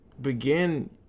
begin